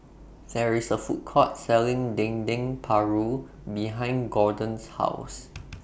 There IS A Food Court Selling Dendeng Paru behind Gorden's House